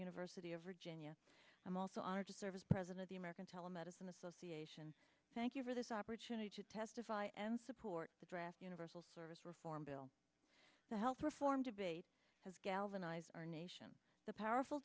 university of virginia i'm also honored to serve as president of the american telemedicine association thank you for this opportunity to testify and support the draft universal service reform bill the health reform debate has galvanized our nation the powerful